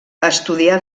estudià